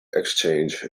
exchange